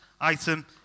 item